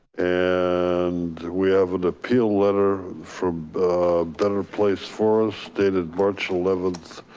and we have an appeal letter from a better place for us dated march eleventh,